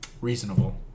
reasonable